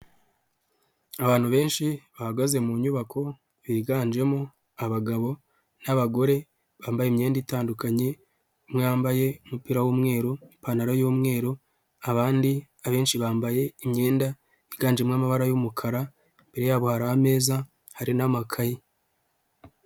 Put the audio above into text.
Abantu benshi bahagaze mu nyubako biganjemo abagabo n'abagore bambaye imyenda itandukanye umwe wambaye umupira w'umweru, ipantaro y'umweru abandi abenshi bambaye imyenda yiganjemo amabara y'umukara, imbere yabo hari ameza hari n'amakaye.